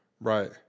Right